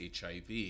HIV